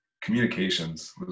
communications